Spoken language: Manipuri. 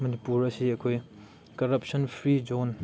ꯃꯅꯤꯄꯨꯔ ꯑꯁꯦ ꯑꯩꯈꯣꯏ ꯀꯔꯞꯁꯟ ꯐ꯭ꯔꯤ ꯖꯣꯟ